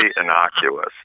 innocuous